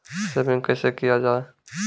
Saving कैसै किया जाय?